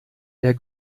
der